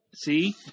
See